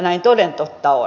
näin toden totta on